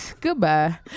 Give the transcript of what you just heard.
goodbye